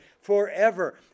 forever